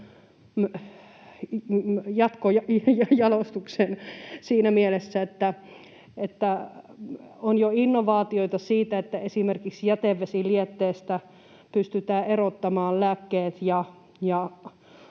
jatkojalostuksen siinä mielessä, että on jo innovaatioita siitä, että esimerkiksi jätevesilietteestä pystytään erottamaan lääkkeet ja